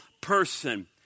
person